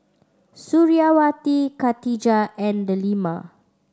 Suriawati Katijah and Delima